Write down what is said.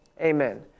amen